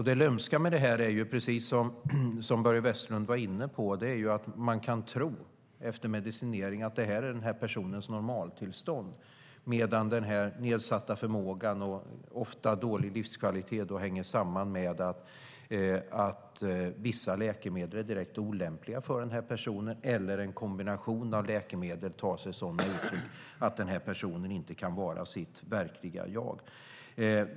Det lömska med det här är, precis som Börje Vestlund var inne på, att man kan tro att tillståndet efter medicinering är personens normaltillstånd medan den nedsatta förmågan och ofta dåliga livskvaliteten hänger samman med att vissa läkemedel är direkt olämpliga för personen eller att en kombination av läkemedel tar sig sådana uttryck att personen inte kan vara sitt verkliga jag.